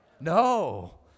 No